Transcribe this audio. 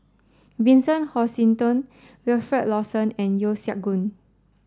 Vincent Hoisington Wilfed Lawson and Yeo Siak Goon